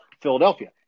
Philadelphia